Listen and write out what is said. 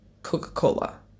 coca-cola